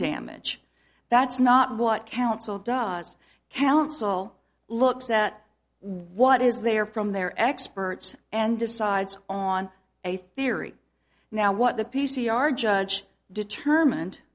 damage that's not what council does council looks at what is there from their experts and decides on a theory now what the p c r judge determined